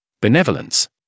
benevolence